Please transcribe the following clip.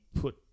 put